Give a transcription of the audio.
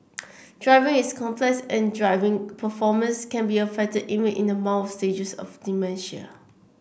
driving is complex and driving performance can be affected even in the mild stages of dementia